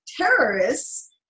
terrorists